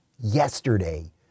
yesterday